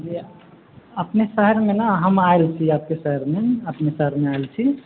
अपने शहरमे नहि हम आयल छी आपके शहरमे अपने शहरमे आयल छी